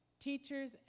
Teachers